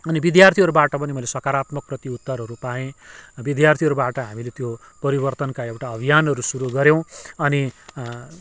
अनि विद्यार्थीहरूबाट पनि मैले साकारात्मक प्रत्युत्तरहरू पाएँ विद्यार्थीहरूबाट हामीले त्यो परिवर्तनका एउटा अभियानहरू सुरु गऱ्यौँ अनि